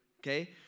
Okay